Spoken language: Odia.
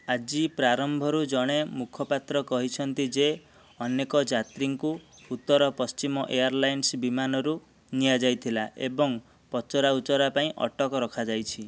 ଆଜି ପ୍ରାରମ୍ଭରୁ ଜଣେ ମୁଖପାତ୍ର କହିଛନ୍ତି ଯେ ଅନେକ ଯାତ୍ରୀଙ୍କୁ ଉତ୍ତର ପଶ୍ଚିମ ଏୟାରଲାଇନ୍ସ ବିମାନରୁ ନିଆଯାଇଥିଲା ଏବଂ ପଚରାଉଚରା ପାଇଁ ଅଟକ ରଖାଯାଇଛି